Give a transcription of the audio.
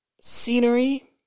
scenery